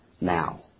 now